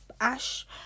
Ash